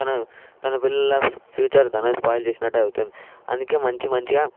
తన తన పిల్లలు ఫ్యూచర్ తనే పాడుచేసినట్టు అవుతుంది అందుకే మంచి మంచిగా